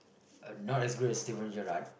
uh not as good as Steven-gerrard